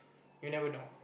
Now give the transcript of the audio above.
you never know